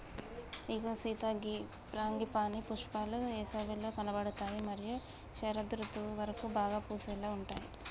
ఇగో సీత గీ ఫ్రాంగిపానీ పుష్పాలు ఏసవిలో కనబడుతాయి మరియు శరదృతువు వరకు బాగా పూసేలాగా ఉంటాయి